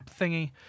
thingy